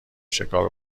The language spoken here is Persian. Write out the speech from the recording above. شکار